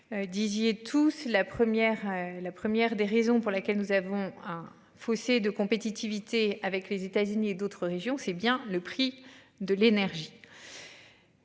première, la première des raisons pour laquelle nous avons un fossé de compétitivité avec les États-Unis et d'autres régions. C'est bien le prix de l'énergie.